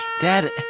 Dad